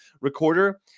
recorder